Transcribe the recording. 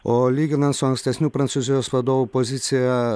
o lyginant su ankstesnių prancūzijos vadovų pozicija